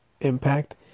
impact